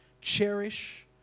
cherish